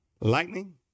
Lightning